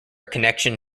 connection